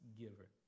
giver